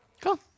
Cool